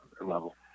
level